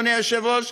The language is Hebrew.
אדוני היושב-ראש,